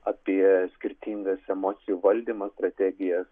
apie skirtingas emocijų valdymo strategijas